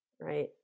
right